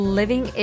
living